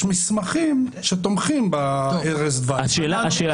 מסמכים שתומכים במצב של השוכב על ערש דווי.